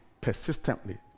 persistently